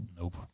Nope